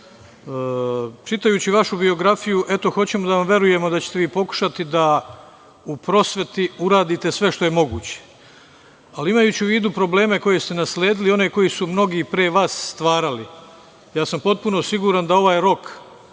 vašu biografiju, eto, hoćemo da vam verujemo da ćete vi pokušati da u prosveti uradite sve što je moguće. Ali, imajući u vidu probleme koje ste nasledili, one koji su mnogi pre vas stvarali, ja sam potpuno siguran da ovaj rok